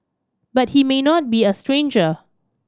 but he may not be a stranger